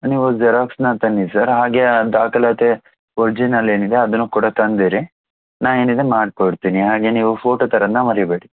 ನೀವು ಜೆರಾಕ್ಸನ್ನು ತನ್ನಿ ಸರ್ ಹಾಗೆ ಆ ದಾಖಲಾತಿ ಒರಿಜಿನಲ್ ಏನಿದೆ ಅದನ್ನು ಕೂಡ ತಂದಿರಿ ನಾನು ಏನಿದೆ ಮಾಡಿಕೊಡ್ತೀನಿ ಹಾಗೆ ನೀವು ಫೋಟೋ ತರೋದನ್ನ ಮರಿಬೇಡಿ